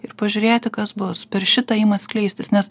ir pažiūrėti kas bus per šitą ima skleistis nes